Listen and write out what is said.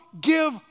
give